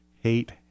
hate